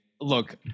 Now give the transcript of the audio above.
look